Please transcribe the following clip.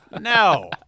No